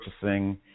purchasing